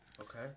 Okay